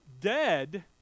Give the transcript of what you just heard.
dead